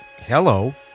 Hello